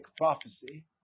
prophecy